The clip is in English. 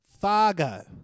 Fargo